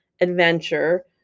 adventure